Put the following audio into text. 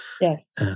Yes